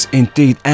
indeed